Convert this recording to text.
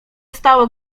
stało